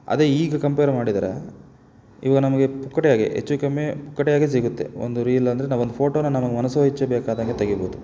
ಅದೇ ಈಗ ಕಂಪೇರ್ ಮಾಡಿದ್ರೆ ಇವಾಗ ನಮಗೆ ಪುಕ್ಕಟೆ ಆಗೇ ಹೆಚ್ಚು ಕಮ್ಮಿ ಪುಕ್ಕಟೆ ಆಗೇ ಸಿಗುತ್ತೆ ಒಂದು ರೀಲಂದ್ರೆ ನಾವೊಂದು ಫೋಟೋನ ನಮಗೆ ಮನಸೋ ಇಚ್ಛೆ ಬೇಕಾದಾಗೆ ತೆಗೀಬೋದು